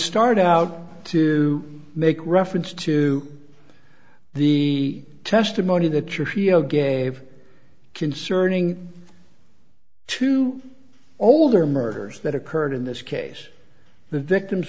start out to make reference to the testimony that your sheo gave concerning two older murders that occurred in this case the victims